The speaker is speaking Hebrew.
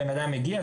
בן אדם הגיע,